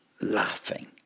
laughing